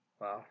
Wow